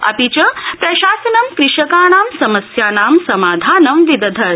अपि च प्रशासनं कृषकाणां समस्यानां समाधानं विदधत्